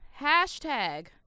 Hashtag